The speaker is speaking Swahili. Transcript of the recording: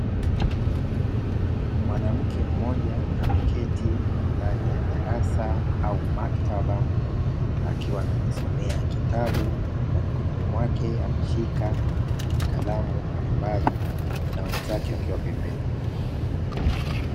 Mwanamke mmoja ameketi ndani ya darasa au maktaba akiwa anajisomea kitabu na mikononi mwake ameshika kalamu mbalimbali na wenzake wakiwa pembeni.